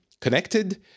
Connected